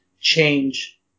change